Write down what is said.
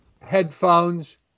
headphones